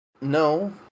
no